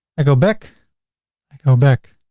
i go back i go back.